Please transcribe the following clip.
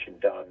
done